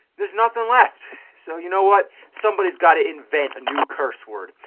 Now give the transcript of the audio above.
there's nothing left. so you know what, somebody's got to invent a new curse word.